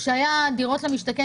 שכאשר היה דירה למשתכן,